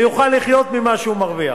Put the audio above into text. ויוכל לחיות ממה שהוא מרוויח.